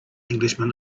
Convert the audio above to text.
englishman